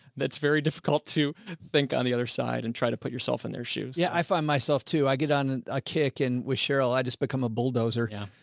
that's very difficult to think on the other side and try to put yourself in their shoes. joe yeah i find myself too, i get on a kick and with cheryl, i just become a bulldozer. yeah.